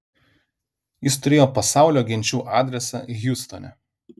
jis turėjo pasaulio genčių adresą hjustone